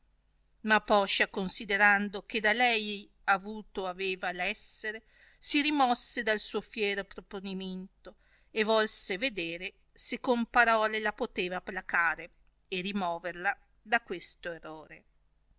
ma poscia considerando che da lei avuto aveva l'essere si rimosse dal suo fiero proponimento e volse vedere se con parole la poteva placare e rimoverla da questo errore